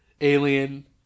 alien